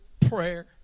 prayer